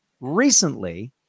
Recently